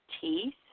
teeth